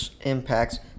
Impact's